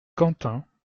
quentin